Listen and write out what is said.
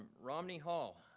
um romney hall,